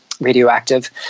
radioactive